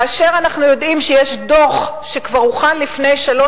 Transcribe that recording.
ואנחנו יודעים שיש דוח שכבר הוכן לפני שלוש